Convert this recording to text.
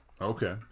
Okay